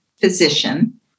physician